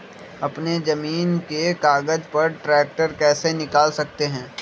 अपने जमीन के कागज पर ट्रैक्टर कैसे निकाल सकते है?